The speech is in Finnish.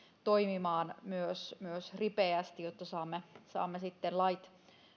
toimimaan ripeästi jotta saamme saamme lait